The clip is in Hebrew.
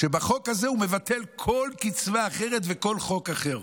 שבחוק הזה הוא מבטל כל קצבה אחרת וכל חוק אחר.